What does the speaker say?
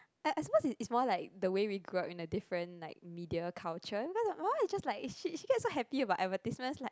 I I suppose is more like the way we grew up in a different like media culture because my mum is just like she she gets so happy about advertisements like